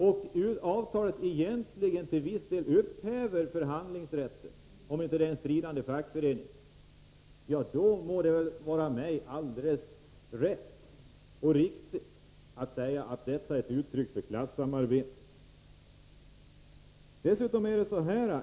Dessutom upphäver egentligen avtalet till viss del förhandlingsrätten — om det inte är en stridande fackförening. Då må väl jag ha all rätt att säga att detta är ett uttryck för klassamarbete.